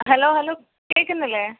hello hello കേൾക്കുന്നില്ലേ